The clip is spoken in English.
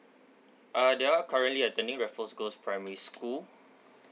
uh they are currently attending raffles girls primary school